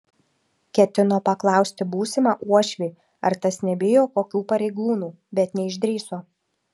ketino paklausti būsimą uošvį ar tas nebijo kokių pareigūnų bet neišdrįso